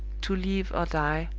to live or die,